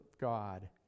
God